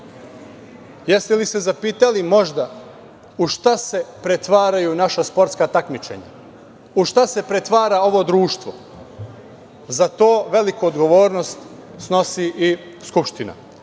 li se zapitali možda, u šta se pretvaraju naša sportska takmičenja, u šta se pretvara ovo društvo? Za to veliku odgovornost snosi i Skupština.